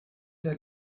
der